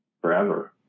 forever